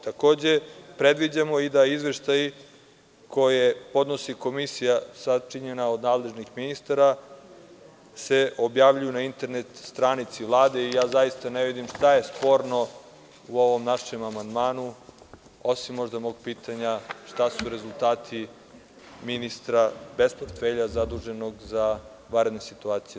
Takođe, predviđamo i da izveštaji koje podnosi komisija sačinjena od nadležnih ministara se objavljuju na internet stranici Vlade i ja zaista ne vidim šta je sporno u ovom našem amandmanu, osim možda mog pitanja - šta su rezultati ministra bez portfelja zaduženog za vanredne situacije.